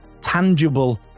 tangible